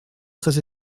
très